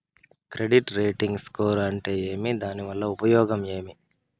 Credit rating score అంటే ఏమి దాని వల్ల ఉపయోగం ఏమి?